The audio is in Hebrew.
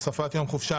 הוספת יום חופשה